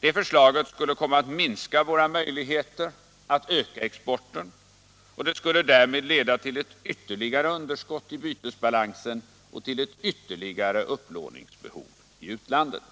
Det förslaget skulle komma att minska våra möjligheter att öka exporten och skulle därmed leda till ett ytterligare underskott i bytesbalansen och till ett ytterligare upplåningsbehov i utlandet.